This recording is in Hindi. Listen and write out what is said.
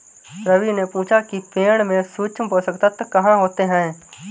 रवि ने पूछा कि पेड़ में सूक्ष्म पोषक तत्व कहाँ होते हैं?